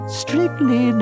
strictly